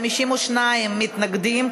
52 מתנגדים,